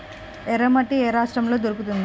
ఎర్రమట్టి ఏ రాష్ట్రంలో దొరుకుతుంది?